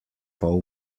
pol